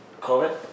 COVID